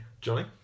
Johnny